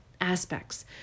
aspects